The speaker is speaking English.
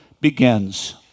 begins